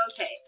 Okay